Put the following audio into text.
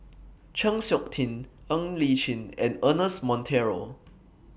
Chng Seok Tin Ng Li Chin and Ernest Monteiro